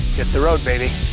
hit the road, baby